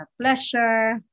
pleasure